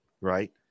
Right